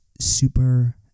super